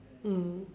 mm